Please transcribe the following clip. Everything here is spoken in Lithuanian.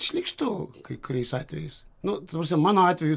šlykštu kai kuriais atvejais nu ta prasme mano atveju